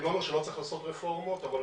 אני לא אומר שלא צריך לעשות רפורמות, אבל